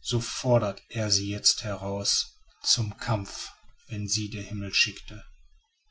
so fordert er sie jetzt heraus zum kampf wenn sie der himmel schickte